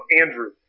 Andrew